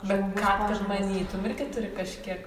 bet ką tu manytum irgi turi kažkiek